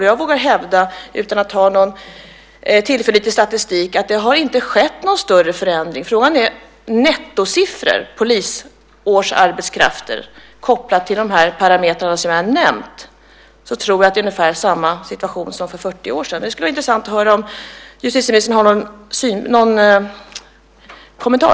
Men jag vågar hävda, utan att ha någon tillförlitlig statistik, att det inte har skett någon större förändring när det gäller antalet poliser. Ser man till nettosiffran för antalet polisarbetskrafter kopplat till de parametrar som jag har nämnt tror jag att situationen nu är ungefär densamma som för 40 år sedan. Det skulle vara intressant att höra om justitieministern har någon kommentar.